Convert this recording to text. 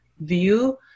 view